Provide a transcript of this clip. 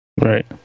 Right